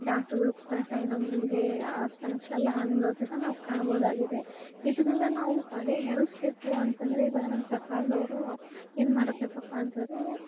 ಡಾಕ್ಟ್ರಗುಳು ಕರೆಕ್ಟಾಗಿ ನಮಗೆ ಆ ಸ್ಪಂದ್ಸಲ್ಲ ಅನ್ನೋದನ್ನ ನಾವು ಕಾಣ್ಬೋದಾಗಿದೆ ಇದರಲ್ಲೇ ನಾವು ಪರಿಹರಿಸ್ಬೇಕು ಅಂತಂದ್ರೆ ಇವಾಗ ನಮ್ಮ ಸರ್ಕಾರ್ದವ್ರು ಏನ್ಮಾಡಬೇಕಪ್ಪ ಅಂತಂದರೆ